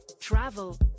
travel